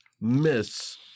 miss